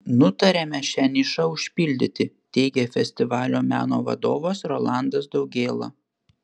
nutarėme šią nišą užpildyti teigė festivalio meno vadovas rolandas daugėla